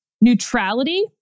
neutrality